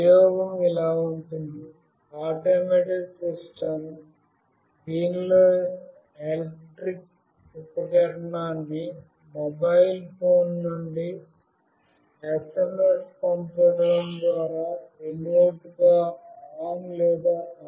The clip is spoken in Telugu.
ప్రయోగం ఇలా ఉంటుంది ఆటోమేటెడ్ సిస్టమ్ దీనిలో ఎలక్ట్రిక్ ఉపకరణాన్ని మొబైల్ ఫోన్ నుండి SMS పంపడం ద్వారా రిమోట్గా ఆన్ లేదా ఆఫ్ చేయవచ్చు